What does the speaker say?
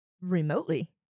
Remotely